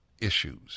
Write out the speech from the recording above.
issues